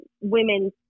women